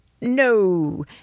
No